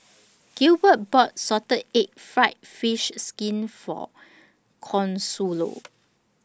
Gilbert bought Salted Egg Fried Fish Skin For Consuelo